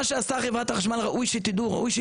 מה שעשתה חברת החשמל ראוי שתדעי,